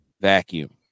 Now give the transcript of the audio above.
vacuum